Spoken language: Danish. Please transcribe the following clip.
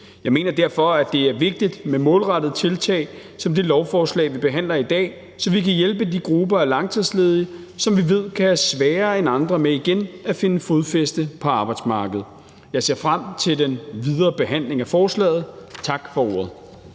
Jeg mener derfor, at det er vigtigt med målrettede tiltag som det lovforslag, vi behandler i dag, så vi kan hjælpe de grupper af langtidsledige, som vi ved kan have sværere end andre ved igen at finde fodfæste på arbejdsmarkedet. Jeg ser frem til den videre behandling af forslaget. Tak for ordet.